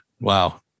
Wow